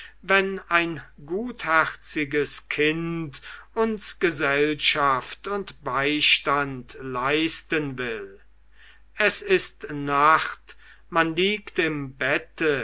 wenn ein gutherziges kind uns gesellschaft und beistand leisten will es ist nacht man liegt im bette